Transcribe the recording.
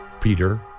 Peter